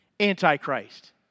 Antichrist